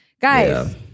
Guys